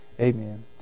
Amen